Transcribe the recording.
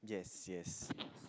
yes yes